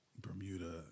Bermuda